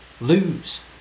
lose